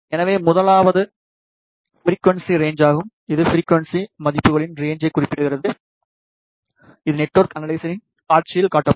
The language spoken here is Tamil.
எனவே முதலாவது ஃபிரிக்குவன்ஸி ரேன்சாகும் இது ஃபிரிக்குவன்ஸி மதிப்புகளின் ரேன்ச்சைக் குறிப்பிடுகிறது இது நெட்வொர்க் அனலைசரின் காட்சியில் காட்டப்படும்